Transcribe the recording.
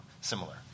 similar